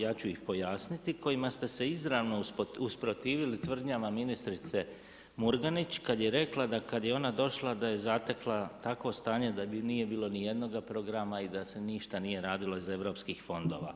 Ja ću ih pojasniti kojima ste se izravno usprotivili tvrdnjama ministrice Murganić kad je rekla, da kad je ona došla da je zatekla takvo stanje da nije bilo ni jednoga programa i da se ništa nije radilo iz europskih fondova.